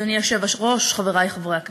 אדוני היושב-ראש, חברי חברי הכנסת,